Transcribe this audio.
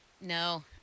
No